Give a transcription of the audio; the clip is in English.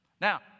Now